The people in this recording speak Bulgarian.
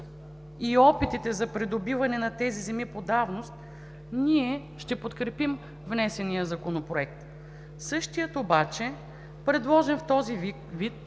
и опитите за придобиване на тези земи по давност, ние ще подкрепим внесения законопроект. Същият обаче, предложен в този вид,